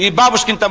ah babushkin